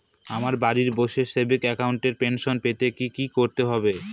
আমায় বাড়ি বসে সেভিংস অ্যাকাউন্টে পেনশন পেতে কি কি করতে হবে?